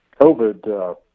COVID